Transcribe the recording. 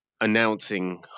announcing